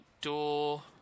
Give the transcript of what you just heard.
door